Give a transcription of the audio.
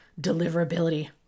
deliverability